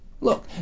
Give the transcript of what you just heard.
Look